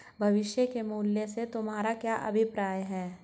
भविष्य के मूल्य से तुम्हारा क्या अभिप्राय है?